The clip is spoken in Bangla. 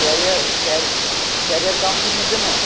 ক্যারিয়ার ক্যারিয়ার কাউন্সেলিংয়ের জন্য